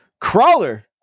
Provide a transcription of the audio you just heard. crawler